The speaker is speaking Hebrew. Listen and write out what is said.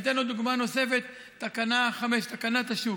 אני אתן דוגמה נוספת: תקנה 5, תקנת השוק,